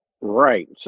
Right